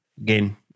again